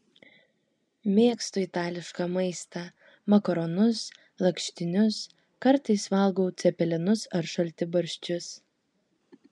mėgstu itališką maistą makaronus lakštinius kartais valgau cepelinus ar šaltibarščius